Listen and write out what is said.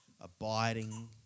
abiding